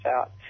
out